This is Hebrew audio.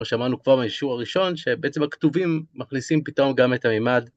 אנחנו שמענו כבר בשיעור הראשון שבעצם הכתובים מכניסים פתאום גם את הממד.